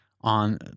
on